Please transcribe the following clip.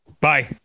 bye